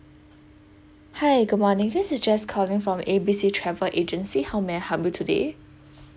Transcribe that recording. hi good morning this is jess calling from A B C travel agency how may I help you today